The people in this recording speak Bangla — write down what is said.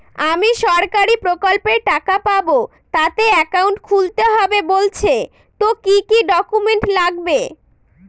আমি সরকারি প্রকল্পের টাকা পাবো তাতে একাউন্ট খুলতে হবে বলছে তো কি কী ডকুমেন্ট লাগবে?